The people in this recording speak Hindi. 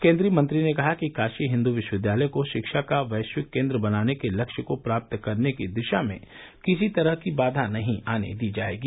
केंद्रीय मंत्री ने कहा कि काशी हिन्दू विश्वविद्यालय को शिक्षा का वैश्विक केन्द्र बनाने के लक्ष्य को प्राप्त करने की दिशा में किसी तरह की बाधा नहीं आने दी जाएगी